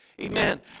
Amen